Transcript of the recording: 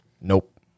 Nope